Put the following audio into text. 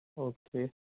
okay